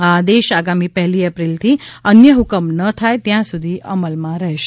આ આદેશ આગામી પહેલી એપ્રિલથી અન્ય ફકમ ન થાય ત્યાં સુધી અમલમાં રહેશે